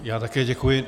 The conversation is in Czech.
Já také děkuji.